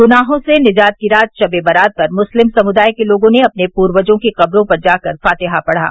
ग्नाहो से निजात की रात शब ए बारात पर मुस्लिम समुदाय के लोगों ने अपने पूर्वजों की कब्रो पर जाकर फातिहा पढ़ा